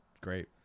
great